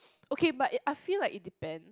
okay but it I feel like it depend